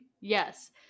Yes